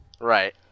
Right